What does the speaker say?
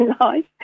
life